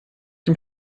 dem